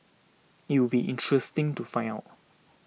it would be interesting to find out